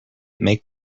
make